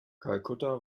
kalkutta